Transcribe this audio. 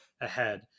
ahead